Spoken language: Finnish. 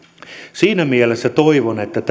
siinä mielessä toivon että